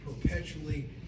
perpetually